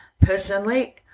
Personally